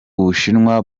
ubushinwa